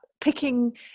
picking